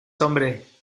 hombre